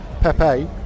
Pepe